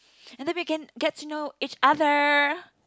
and then we can get to know each other